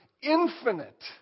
infinite